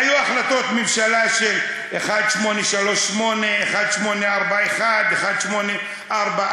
היו החלטות ממשלה 1838, 1841, 1844,